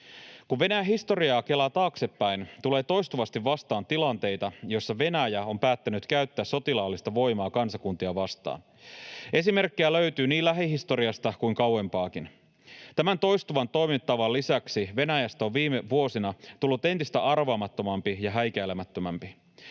Kun Venäjän historiaa kelaa taaksepäin, tulee toistuvasti vastaan tilanteita, joissa Venäjä on päättänyt käyttää sotilaallista voimaa kansakuntia vastaan. Esimerkkejä löytyy niin lähihistoriasta kuin kauempaakin. Tämän toistuvan toimintatavan lisäksi Venäjästä on viime vuosina tullut entistä arvaamattomampi ja häikäilemättömämpi.